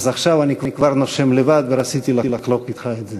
עכשיו אני כבר נושם לבד, ורציתי לחלוק אתך את זה.